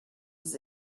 his